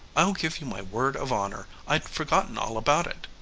i'll give you my word of honor i'd forgotten all about it.